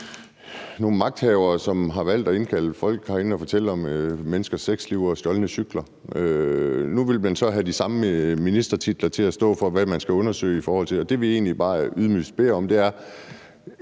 nogle magthavere, som har valgt at indkalde folk herinde og fortælle dem om menneskers sexliv og stjålne cykler. Nu vil man så have de samme ministre til at stå for at finde ud af, hvad man skal undersøge i forhold til. Det, vi egentlig bare ydmygst beder om, er,